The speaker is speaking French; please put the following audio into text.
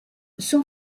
son